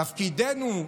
תפקידנו,